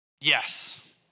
Yes